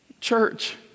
church